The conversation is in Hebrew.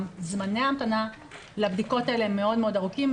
זמני ההמתנה לבדיקות האלה מאוד מאוד ארוכים,